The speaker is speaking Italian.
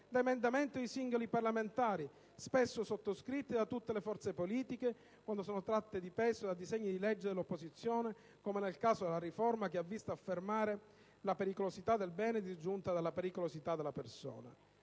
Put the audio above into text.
da emendamenti di singoli parlamentari, spesso sottoscritti da tutte le forze politiche, quando sono state tratte di peso da disegni di legge dell'opposizione, come nel caso della riforma che ha visto affermare la pericolosità del bene disgiunta dalla pericolosità della persona.